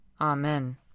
Amen